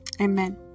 amen